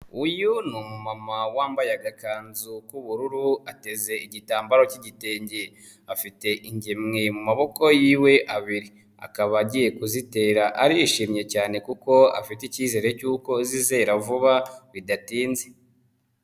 Uyu ni umumama wambaye agakanzu k'ubururu, ateze igitambaro cy'igitenge, afite ingemwe mu maboko yiwe abiri akaba agiye kuzitera, arishimye cyane kuko afite icyizere cy'uko zizera vuba bidatinze.